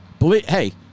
Hey